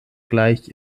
gleich